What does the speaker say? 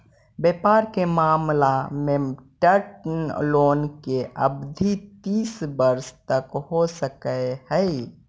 व्यापार के मामला में टर्म लोन के अवधि तीस वर्ष तक हो सकऽ हई